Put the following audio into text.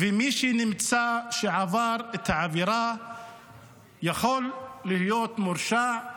ומי שנמצא שעבר את העבירה יכול להיות מורשע,